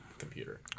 Computer